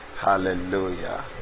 Hallelujah